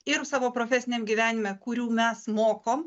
ir savo profesiniam gyvenime kurių mes mokom